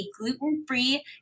gluten-free